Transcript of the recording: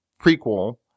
prequel